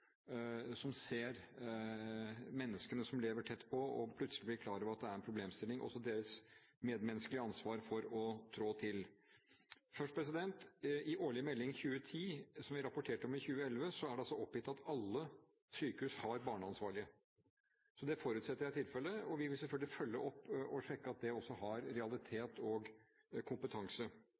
som ser menneskene, som lever tett på og plutselig blir klar over at det er en problemstilling – og deres medmenneskelige ansvar for å trå til. Først: I årlig melding for 2010, som vi rapporterte om i 2011, er det altså oppgitt at alle sykehus har barneansvarlige. Det forutsetter jeg er tilfellet, og vi vil selvfølgelig følge opp og sjekke at det også har realitet, og kompetanse.